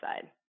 side